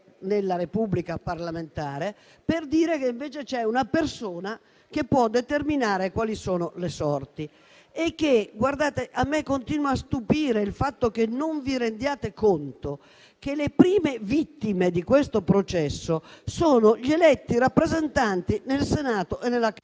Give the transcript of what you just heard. nella Repubblica parlamentare, per dire che invece c'è una persona che può determinare quali sono le sorti. A me continua a stupire il fatto che non vi rendiate conto che le prime vittime di questo processo sono gli eletti e i rappresentanti nel Senato e nella...